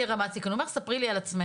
'רמת סיכון' הוא אומר לי 'ספרי לי על עצמך,